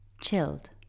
Chilled